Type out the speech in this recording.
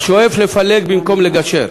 השואף לפלג במקום לגשר,